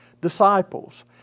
disciples